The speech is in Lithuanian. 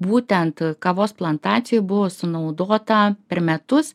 būtent kavos plantacijų buvo sunaudota per metus